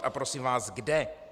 A prosím vás, kde?